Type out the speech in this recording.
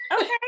okay